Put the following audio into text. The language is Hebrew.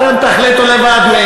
אתם תחליטו לבד.